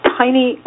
tiny